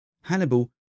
Hannibal